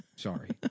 Sorry